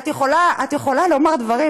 את יכולה לומר דברים,